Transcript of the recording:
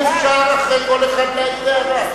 אי-אפשר אחרי כל אחד להעיר הערה.